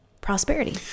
prosperity